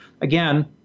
Again